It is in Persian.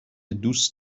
دوست